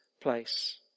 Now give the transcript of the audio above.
place